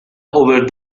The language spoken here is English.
over